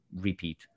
repeat